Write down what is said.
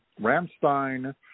Ramstein